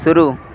शुरू